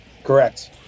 Correct